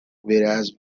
whereas